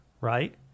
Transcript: right